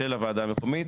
של הוועדה המקומית,